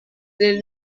del